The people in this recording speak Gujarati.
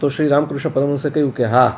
તો શ્રી રામકૃષ્ણ પરમહંસે કહ્યું કે હા